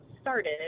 started